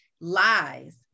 lies